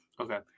Okay